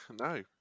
No